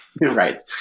Right